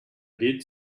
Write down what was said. did